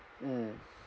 mm